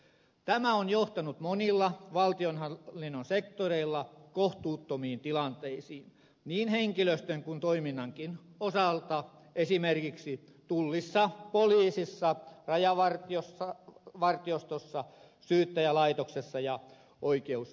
tämä on johtanut monilla valtionhallinnon sektoreilla kohtuuttomiin tilanteisiin niin henkilöstön kuin toiminnankin osalta esimerkiksi tullissa poliisissa rajavartiostossa syyttäjälaitoksessa ja oikeusistui missa